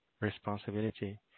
responsibility